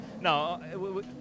no